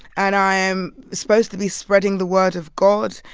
and i am supposed to be spreading the word of god,